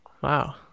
Wow